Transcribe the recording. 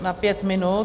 Na pět minut.